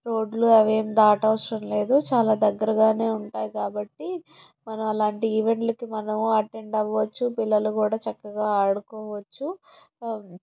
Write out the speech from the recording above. రోడ్లు అవేం దాటవసరం లేదు చాలా దగ్గరగానే ఉంటాయి కాబట్టి మనం అలాంటి ఈవెంట్లకి మనము అటెండ్ అవ్వవచ్చు పిల్లలు కూడా చక్కగా ఆడుకోవచ్చు